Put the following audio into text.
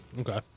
Okay